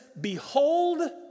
behold